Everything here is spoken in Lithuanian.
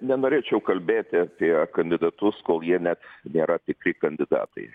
nenorėčiau kalbėti apie kandidatus kol jie net nėra tikri kandidatai